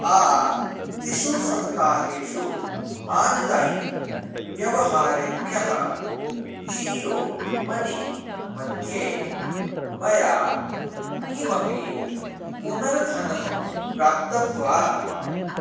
आ तिषु सप्ताहेषु आन्लैन् व्यवहारेभ्यः जीयो मनी मध्ये मया किमपि पुनर्धनं प्राप्तं वा